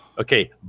Okay